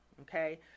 okay